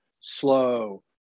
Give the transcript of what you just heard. slow